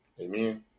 Amen